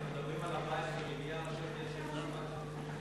אנחנו מדברים על 14 מיליארד שקל שפספסתם.